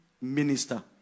minister